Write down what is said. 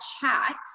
chat